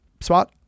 spot